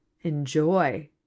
enjoy